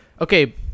Okay